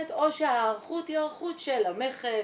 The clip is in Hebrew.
או שההיערכות היא היערכות של המכס,